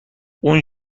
اون